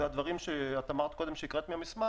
אלה הדברים שהקראת קודם מהמסמך